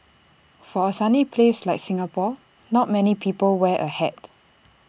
for A sunny place like Singapore not many people wear A hat